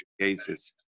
cases